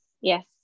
yes